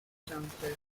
circumstances